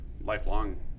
lifelong